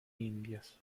indias